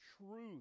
truth